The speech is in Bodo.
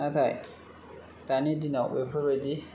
नाथाय दानि दिनाव बेफोरबायदि